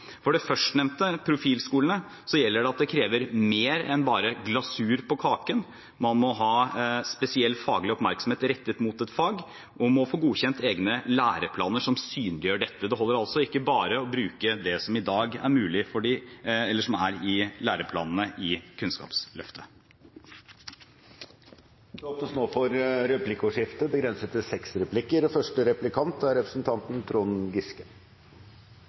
For det førstnevnte, profilskolene, gjelder det at det krever mer enn bare glasur på kaken – man må ha spesiell faglig oppmerksomhet rettet mot et fag, og man må få godkjent egne læreplaner som synliggjør dette. Det holder altså ikke bare å bruke det som i dag er i læreplanene i Kunnskapsløftet. Det blir replikkordskifte. I den nye loven innføres det to nye godkjenningsgrunnlag. Ett er at man rett og slett driver yrkesfagskole, selvfølgelig med de formalkrav som stilles til